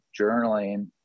journaling